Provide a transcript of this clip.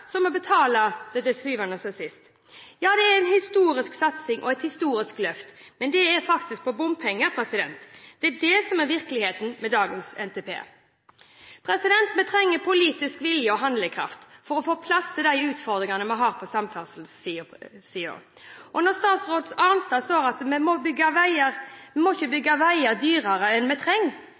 som må betale det til syvende og sist. Ja, det er en historisk satsing og et historisk løft, men det er faktisk på bompengeområdet. Det er det som er virkeligheten med dagens NTP. Vi trenger politisk vilje og handlekraft for å få plass til de utfordringene vi har på samferdselssiden. Statsråd Arnstad sa at vi ikke må bygge veier dyrere enn